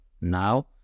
now